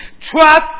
Trust